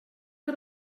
que